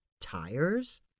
Tires